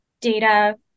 data